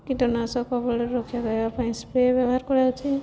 କୀଟନାଶକବଳରେ ରକ୍ଷା କରିବା ପାଇଁ ସ୍ପ୍ରେ ବ୍ୟବହାର କରାଯାଉଛି